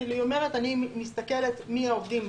היא אומרת: אני מסתכלת מי העובדים,